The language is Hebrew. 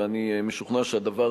אני משוכנע שהדבר,